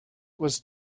was